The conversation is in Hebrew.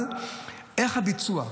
אבל איך הביצוע?